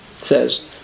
says